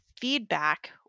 feedback